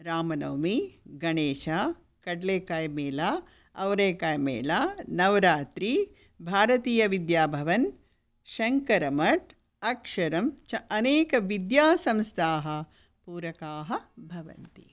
रामनवमी गणेश कड्लेकाय्मेल अवरेकाय्मेल नवरात्री भारतीयविद्याभवन् शङ्कर मट् अक्षरं च अनेक विद्यासंस्थाः पूरकाः भवन्ति